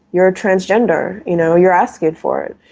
you're a transgender, you know you're asking for it.